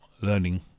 learning